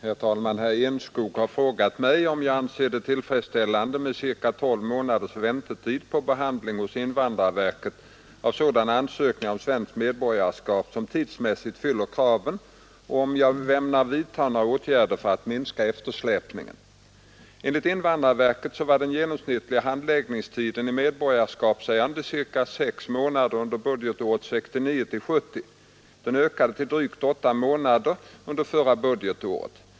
Herr talman! Herr Enskog har frågat mig om jag anser det tillfredsställande med ca 12 månaders väntetid på behandlingen hos invandrarverket av sådana ansökningar om svenskt medborgarskap som tidsmässigt fyller kraven och om jag ämnar vidta några åtgärder för att minska eftersläpningen. Enligt invandrarverket var den genomsnittliga handläggningstiden i medborgarskapsärenden ca sex månader under budgetåret 1969/70. Den ökade till drygt åtta månader under förra budgetåret.